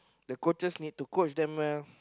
the coaches need to coach them well